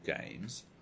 games